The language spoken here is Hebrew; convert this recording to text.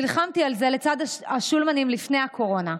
נלחמתי על זה לצד השולמנים לפני הקורונה,